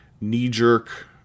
knee-jerk